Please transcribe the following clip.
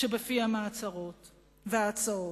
שבפיהם ההצהרות וההצעות,